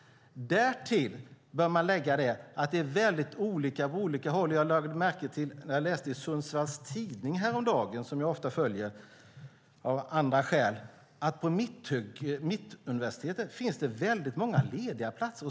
Därtill bör man lägga att det är väldigt olika på olika håll. Jag läste häromdagen i Sundsvalls tidning, som jag ofta följer av andra skäl, att det på Mittuniversitetet finns många lediga platser.